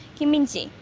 kim min-ji,